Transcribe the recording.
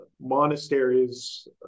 monasteries